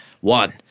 One